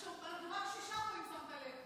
אנחנו רק שישה, אם שמת לב.